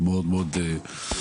מאוד מאוד מרוצה.